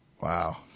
Wow